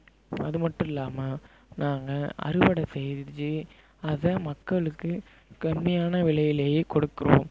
அதுமட்டும் இல்லாமல் நாங்கள் அறுவடை செஞ்சு அதை மக்களுக்கு கம்மியான விலையிலேயே கொடுக்குறோம்